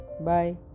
Bye